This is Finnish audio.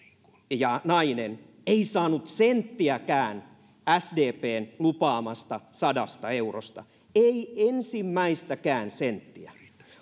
ja nainen ei saanut senttiäkään sdpn lupaamasta sadasta eurosta ei ensimmäistäkään senttiä